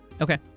Okay